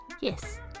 Yes